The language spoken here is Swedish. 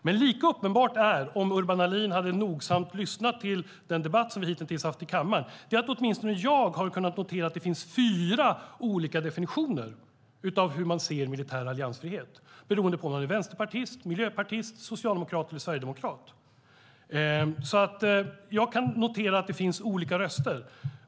Men lika uppenbart är - om Urban Ahlin nogsamt hade lyssnat till den debatt som vi hitintills har haft i kammaren - är att det finns fyra olika definitioner av hur man ser på militär alliansfrihet beroende på om man är vänsterpartist, miljöpartist, socialdemokrat eller sverigedemokrat. Detta har åtminstone jag kunnat notera. Jag kan alltså notera att det finns olika röster.